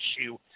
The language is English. issue